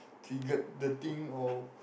triggered the thing or